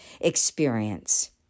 experience